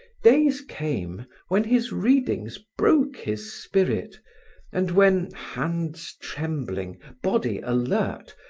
days came when his readings broke his spirit and when, hands trembling, body alert,